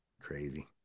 Crazy